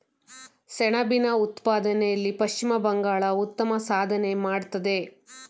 ಸೆಣಬಿನ ಉತ್ಪಾದನೆಯಲ್ಲಿ ಪಶ್ಚಿಮ ಬಂಗಾಳ ಉತ್ತಮ ಸಾಧನೆ ಮಾಡತ್ತದೆ